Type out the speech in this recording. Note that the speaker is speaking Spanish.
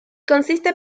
consiste